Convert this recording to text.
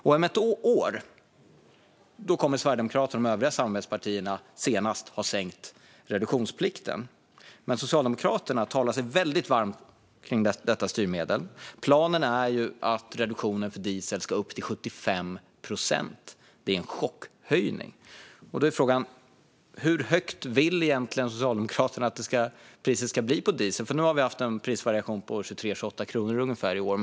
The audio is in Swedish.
Om senast ett år kommer Sverigedemokraterna och de övriga samarbetspartierna att ha sänkt reduktionsplikten, men Socialdemokraterna talar sig varma för detta styrmedel. Planen är att reduktionen för diesel ska upp till 75 procent. Det är en chockhöjning. Då är frågan: Hur högt vill egentligen Socialdemokraterna att priset ska bli på diesel? I år har vi haft en prisvariation på mellan ungefär 23 och 28 kronor.